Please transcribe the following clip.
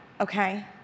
Okay